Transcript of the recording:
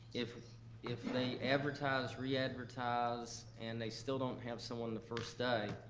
if if they advertise, re-advertise, and they still don't have someone the first day,